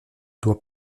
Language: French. doit